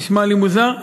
נשמע לי מוזר.